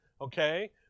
okay